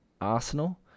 Arsenal